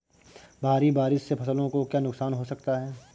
भारी बारिश से फसलों को क्या नुकसान हो सकता है?